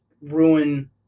ruin